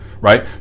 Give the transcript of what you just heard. right